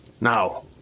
Now